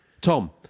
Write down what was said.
Tom